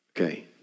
Okay